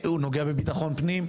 הוא נוגע בביטחון פנים.